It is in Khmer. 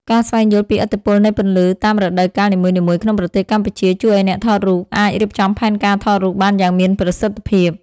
ការស្វែងយល់ពីឥទ្ធិពលនៃពន្លឺតាមរដូវកាលនីមួយៗក្នុងប្រទេសកម្ពុជា ជួយឱ្យអ្នកថតរូបអាចរៀបចំផែនការថតរូបបានយ៉ាងមានប្រសិទ្ធភាព។